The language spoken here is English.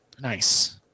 Nice